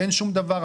אין שום דבר,